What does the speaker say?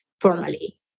formally